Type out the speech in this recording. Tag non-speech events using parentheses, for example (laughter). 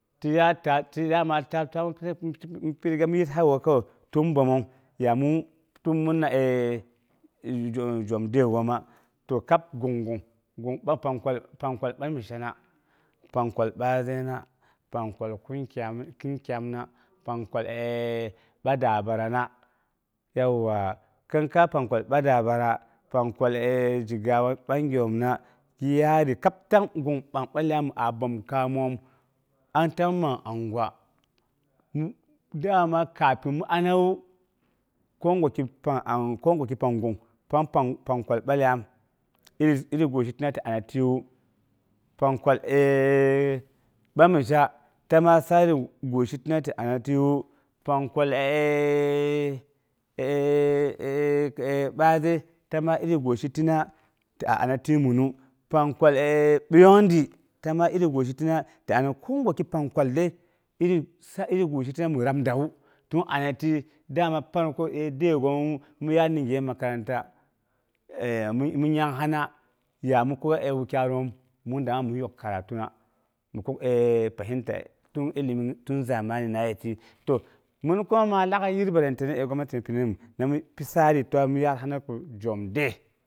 Ti yaat taal, ti yaatmal taklawu pinga yithayewu kowai tun bəmong ya min pi muma eei injom- jom day gooma to kab gunggung, gung dar pangkwal bamushena, pangkwal bazaina, pankwal kinkyaamna pangkwal badabarana yauwa kinkai pangkwal badabara pangkwa zhigawa bagyoomna yaari kab tang gung pang balyam a bəom kaamum an tang ma angwa dama kafin mi anawu kogwali pang angwa pang pankwal balyami iri gu ti a tawu pangkwal eei bamuzha timaa tsari gwsi tima to ana, pangkwal bazai ti ma iri guisi tata tifina ti amitiginu. Pangkwal (hesitation) biyongdi tima iri guisi tula ti ana kogwali pangkwal dəi iri guisigu mi rabdawu dama pang a tiye daygoomu, mi yaat nimge makaranta. (hesitation) mi nyangsinna ya ami ko wukyaiyom min dangnga mi yok karatuna mi kul fahintaye tun ilimi tin zamaninna yetiyii to min kuma mal laak yəyi balatama mi yit gwanati kiroom ti tsarigoom yaatina ko jom day.